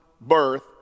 birth